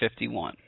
51